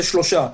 זה שלושה.